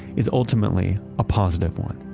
is ultimately a positive one.